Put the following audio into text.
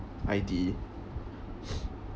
I_T_E